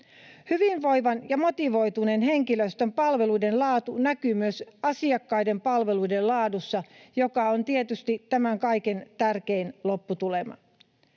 Hyvinvoivan ja motivoituneen henkilöstön palveluiden laatu näkyy myös asiakkaiden palveluiden laadussa, joka on tietysti tämän kaiken tärkein lopputulema.